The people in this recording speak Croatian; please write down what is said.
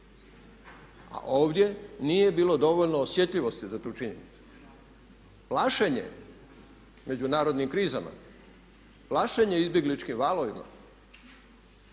A ovdje nije bilo dovoljno osjetljivosti za tu činjenicu. Plašenje međunarodnim krizama, plašenje izbjegličkim valovima